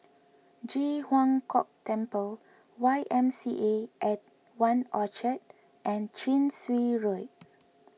Ji Huang Kok Temple Y M C A at one Orchard and Chin Swee Road